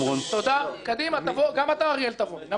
אריאל, גם אתה גר?